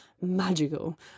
magical